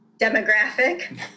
demographic